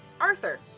Arthur